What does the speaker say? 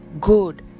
good